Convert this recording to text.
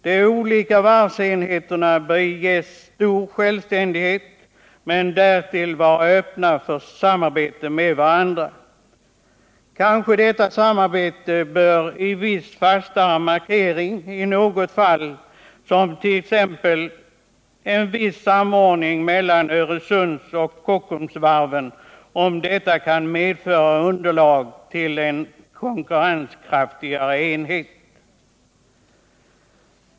De olika varvsenheterna bör ges en stor självständighet men därtill vara öppna för samarbete med varandra. Kanske detta samarbete bör få viss fastare markering i något fall — som t.ex. en viss samordning mellan Öresundsoch Kockumsvarven, om detta kan medföra underlag för en konkurrenskraftigare enhet.